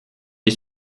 est